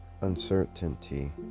Uncertainty